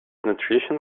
nutrition